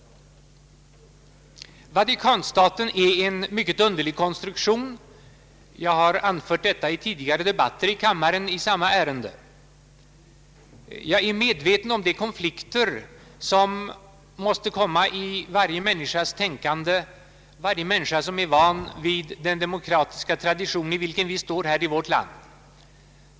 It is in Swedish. Vatikanstaten är en mycket underlig konstruktion, jag har påpekat detta i tidigare debatter i kammaren. Jag är medveten om de konflikter som kan uppstå för varje tänkande människa som är van vid den demokratiska tradition i vilken vi lever.